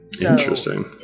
interesting